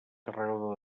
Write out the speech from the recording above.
carregador